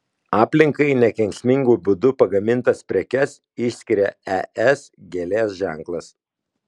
aplinkai nekenksmingu būdu pagamintas prekes išskiria es gėlės ženklas